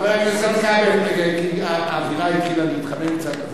חבר הכנסת כבל, האווירה התחילה להתחמם קצת.